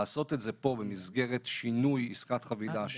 לעשות את זה פה במסגרת שינוי עסקת חבילה,